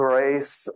Grace